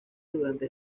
durante